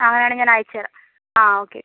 അങ്ങനെയാണേൽ ഞാൻ അയച്ച് തരാം ആ ഓക്കെ ഓക്കെ